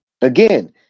Again